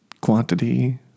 quantity